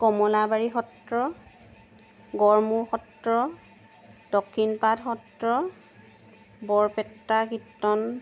Kamalabari Sattra Garamur Sattra Dakshinpat Sattra Barpeta Kirtan